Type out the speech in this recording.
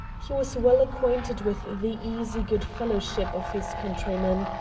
he was well acquainted with the easy good-fellowship of his countrymen.